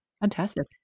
fantastic